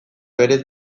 berez